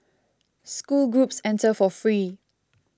school groups enter for free